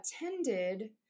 attended